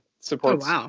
supports